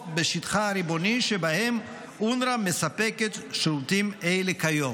בשטחה הריבוני שבהם אונר"א מספקת שירותים אלה כיום.